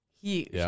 huge